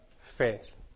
faith